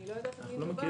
אני לא יודעת על מי מדובר.